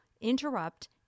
interrupt